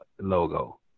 logo